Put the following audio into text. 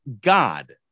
God